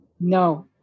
No